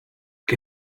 que